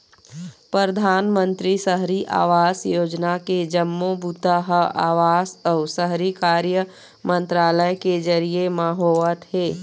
परधानमंतरी सहरी आवास योजना के जम्मो बूता ह आवास अउ शहरी कार्य मंतरालय के जरिए म होवत हे